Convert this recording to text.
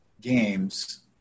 games